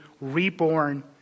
reborn